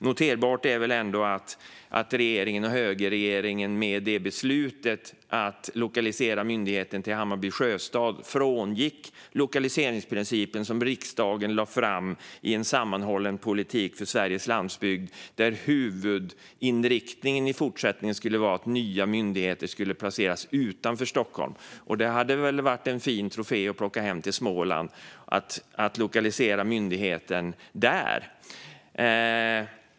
Noterbart är att högerregeringen med beslutet att lokalisera myndigheten till Hammarby sjöstad frångick den lokaliseringsprincip som framlades för riksdagen i propositionen En sammanhållen politik för Sveriges landsbygder , där huvudinriktningen i fortsättningen skulle vara att nya myndigheter skulle placeras utanför Stockholm. Det hade väl varit en fin trofé för ministern att plocka hem till Småland att lokalisera myndigheten där?